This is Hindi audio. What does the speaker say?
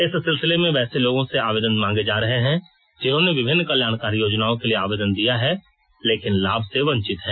इस सिलसिले में वैसे लोगों से आवेदन मांगे जा रहे हैं जिन्होंने विभिन्न कल्याणकारी योजनाओं के लिए आयेदन दिया है लेकिन लाभ से वंचित हैं